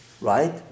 right